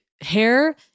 hair